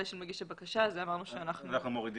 של מגיש הבקשה את זה אמרנו שאנחנו מורידים.